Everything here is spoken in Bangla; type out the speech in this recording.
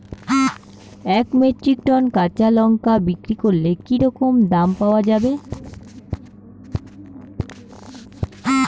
এক মেট্রিক টন কাঁচা লঙ্কা বিক্রি করলে কি রকম দাম পাওয়া যাবে?